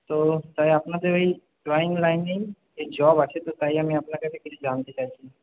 তো তাই আপনাদের ওই ড্রয়িং লাইনেই জব আছে তো তাই আমি আপনার কাছে কিছু জানতে চাইছি